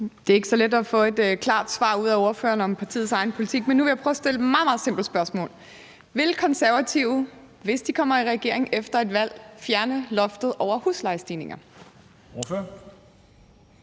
Det er ikke så let at få et klart svar om partiets egen politik ud af ordføreren, men nu vil jeg prøve at stille et meget, meget simpelt spørgsmål: Vil Konservative, hvis de kommer i regering efter et valg, fjerne loftet over huslejestigninger? Kl.